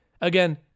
again